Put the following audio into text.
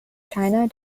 china